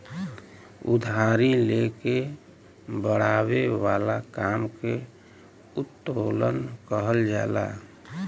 उधारी ले के बड़ावे वाला काम के उत्तोलन कहल जाला